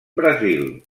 brasil